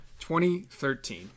2013